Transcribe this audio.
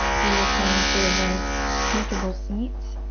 we will come to a nice comfortable seat.